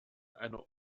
einer